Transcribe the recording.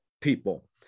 people